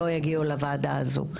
לא יגיעו לוועדה הזאת.